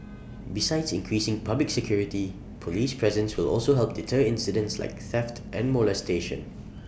besides increasing public security Police presence will also help deter incidents like theft and molestation